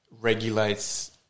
regulates